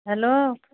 hello